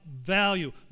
value